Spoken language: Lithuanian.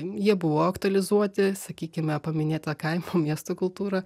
jie buvo aktualizuoti sakykime paminėta kaimo miesto kultūra